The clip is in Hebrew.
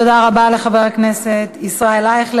תודה רבה לחבר הכנסת ישראל אייכלר.